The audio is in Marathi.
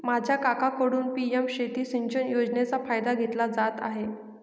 माझा काकांकडून पी.एम शेती सिंचन योजनेचा फायदा घेतला जात आहे